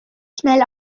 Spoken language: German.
schnell